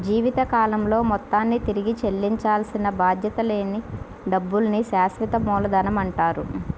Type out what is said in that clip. జీవితకాలంలో మొత్తాన్ని తిరిగి చెల్లించాల్సిన బాధ్యత లేని డబ్బుల్ని శాశ్వత మూలధనమంటారు